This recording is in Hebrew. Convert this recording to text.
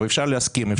אפשר להסכים,